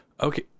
Okay